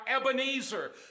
Ebenezer